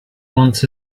wants